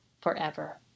forever